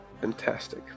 fantastic